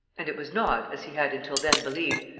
and it was not, as he had until then believed,